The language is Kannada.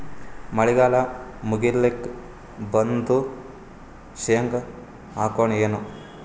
ಮಳಿಗಾಲ ಮುಗಿಲಿಕ್ ಬಂತು, ಶೇಂಗಾ ಹಾಕೋಣ ಏನು?